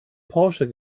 porsche